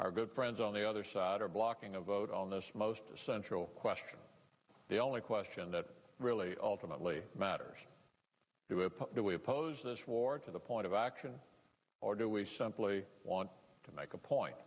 our good friends on the other side are blocking a vote on this most essential question the only question that really ultimately matters if we oppose this war to the point of action or do we simply want to make a point